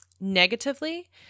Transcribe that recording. negatively